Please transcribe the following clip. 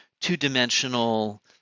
two-dimensional